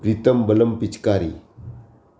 પ્રીતમ બલમ પિચકારી